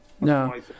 No